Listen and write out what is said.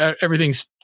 everything's